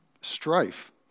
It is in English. strife